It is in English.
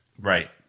Right